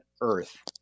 Earth